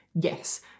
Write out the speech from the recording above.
Yes